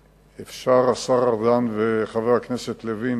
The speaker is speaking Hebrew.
השר ארדן וחבר הכנסת לוין,